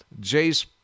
Jace